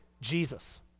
Jesus